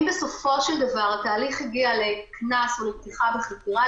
אם בסופו של דבר התהליך הגיע לקנס או לפתיחה בחקירה,